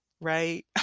right